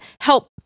help